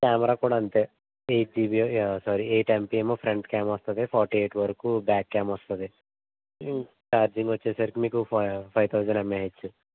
camera కూడా అంతే eight GB sorry eight MP ఏమో ఫ్రెంట్ క్యాం వస్తుంది ఫార్టీ ఎయిట్ వరకూ బ్యాక్ క్యాం వస్తుంది ఛార్జింగ్ వచ్చేసరికి మీకు ఫ ఫైవ్ తౌజండ్ ఎంఎహెచ్